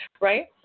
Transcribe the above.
right